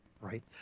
Right